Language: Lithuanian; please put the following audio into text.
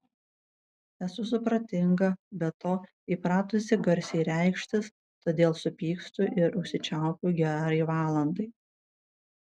esu supratinga be to įpratusi garsiai reikštis todėl supykstu ir užsičiaupiu gerai valandai